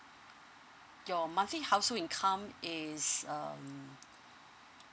your monthly household income is um